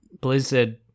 Blizzard